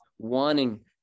wanting